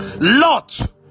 Lot